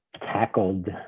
tackled